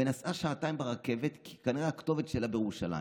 ונסעה שעתיים ברכבת כי כנראה הכתובת שלה בירושלים,